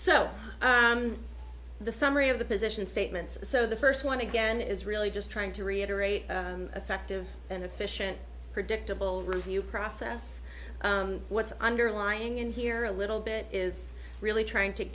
so the summary of the position statements so the first one again is really just trying to reiterate effective and efficient predictable review process what's underlying in here a little bit is really trying to